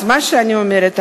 אז מה שאני אומרת,